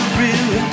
real